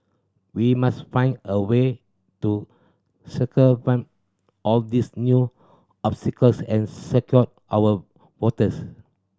we must find a way to circumvent all these new obstacles and secure our votes